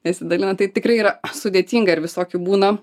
nesidalina tai tikrai yra sudėtinga ir visokių būna